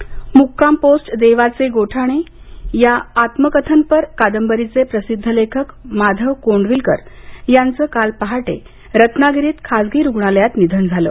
निधन मुक्काम पोस्ट देवाचे गोठणे या आत्मकथनाचे प्रसिद्ध लेखक माधव कोंडविलकर यांच काल पहाटे रत्नागिरीत खासगी रुग्णालयात निधन झालं